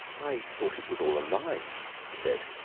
i thought it was all like a he said.